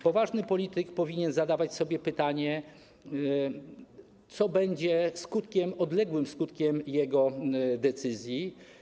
Poważny polityk powinien zadawać sobie pytanie, co będzie odległym skutkiem jego decyzji.